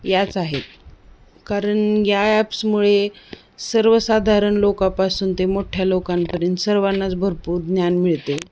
याच आहेत कारण या ॲप्समुळे सर्वसाधारण लोकापासून ते मोठ्या लोकांपर्यंत सर्वांनाच भरपूर ज्ञान मिळते